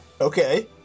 Okay